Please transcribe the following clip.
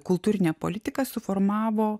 kultūrinė politika suformavo